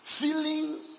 feeling